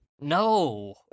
No